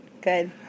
Good